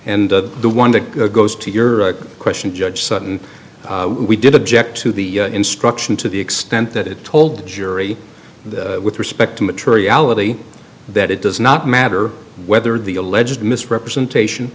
and the one that goes to your question judge sudden we did object to the instruction to the extent that it told the jury with respect to materiality that it does not matter whether the alleged misrepresentation